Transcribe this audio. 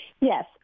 Yes